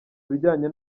bijyanye